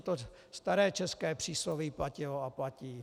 To staré české přísloví platilo a platí.